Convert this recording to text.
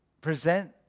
present